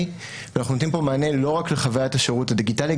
ואנחנו נותנים פה מענה לא רק לחוויית השירות הדיגיטלי,